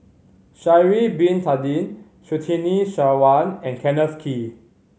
Sha'ari Bin Tadin Surtini Sarwan and Kenneth Kee